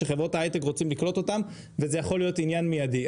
שחברות היי-טק רוצים לקלוט אותם וזה יכול להיות עניין מידי.